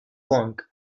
monk